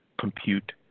compute